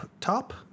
top